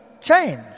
change